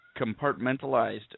compartmentalized